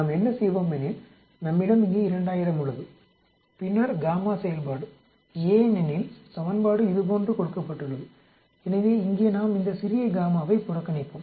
நாம் என்ன செய்வோம் எனில் நம்மிடம் இங்கே 2000 உள்ளது பின்னர் செயல்பாடு ஏனெனில் சமன்பாடு இதுபோன்று கொடுக்கப்பட்டுள்ளது எனவே இங்கே நாம் இந்த சிறிய ஐப் புறக்கணிப்போம்